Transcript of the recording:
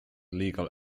legal